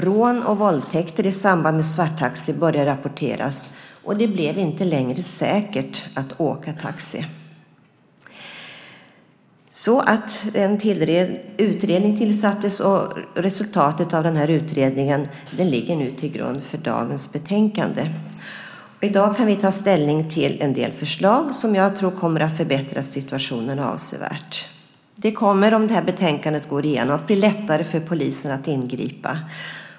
Rån och våldtäkter i samband med svarttaxi började rapporteras. Det blev inte längre säkert att åka taxi. En utredning tillsattes. Resultatet av utredningen ligger nu till grund för dagens betänkande. I dag kan vi ta ställning till en del förslag som jag tror kommer att förbättra situationen avsevärt. Om betänkandet går igenom kommer det att bli lättare för polisen att ingripa.